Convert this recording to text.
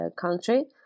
country